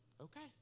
Okay